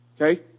Okay